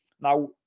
Now